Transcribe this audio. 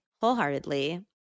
wholeheartedly